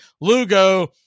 Lugo